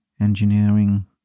engineering